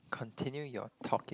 continue your talking